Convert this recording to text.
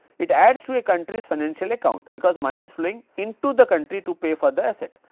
it adds to a country's financial account because money is flowing into the country to pay for the asset.